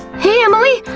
hey emily!